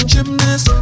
Gymnast